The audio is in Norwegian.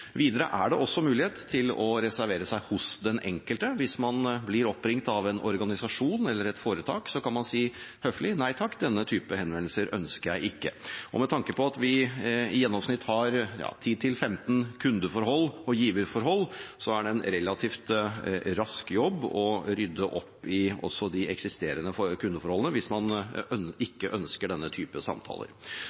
er også mulighet for å reservere seg hos den enkelte. Hvis man blir oppringt av en organisasjon eller et foretak, kan man høflig si: Nei takk, denne typen henvendelser ønsker jeg ikke. Og med tanke på at vi i gjennomsnitt har 10–15 kundeforhold og giverforhold, er det en relativt rask jobb å rydde opp i også de eksisterende kundeforholdene, hvis man ikke ønsker denne typen samtaler.